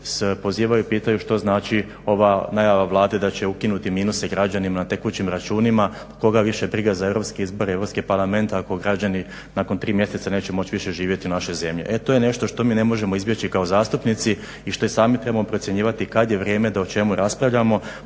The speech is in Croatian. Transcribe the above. pozivaju i pitaju što znači ova najave Vlade da će ukinuti minuse građanima na tekućim računima koga više briga za europske izbore i Europski parlament ako građani nakon 3 mjeseca neće moći više živjeti u našoj zemlji. E to je nešto što mi ne možemo izbjeći kao zastupnici i što i sami trebamo procjenjivati kad je vrijeme da o čemu raspravljamo.